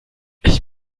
ich